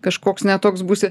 kažkoks ne toks būsi